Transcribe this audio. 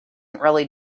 really